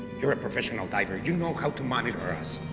you're a professional diver. you know how to monitor us,